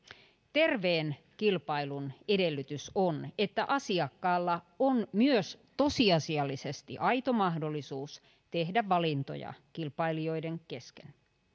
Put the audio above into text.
terveen kilpailun edellytys on että asiakkaalla on myös tosiasiallisesti aito mahdollisuus tehdä valintoja kilpailijoiden kesken